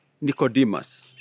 Nicodemus